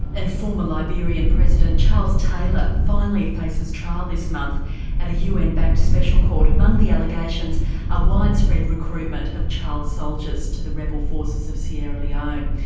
and former liberian president charles taylor finally faces trial this month at a un backed special court. among the allegations are ah widespread recruitment of child soldiers to the rebel forces of sierra leone.